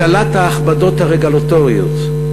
הקלת ההכבדות הרגולטוריות,